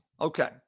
Okay